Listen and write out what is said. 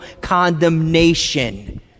condemnation